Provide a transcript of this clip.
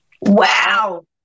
wow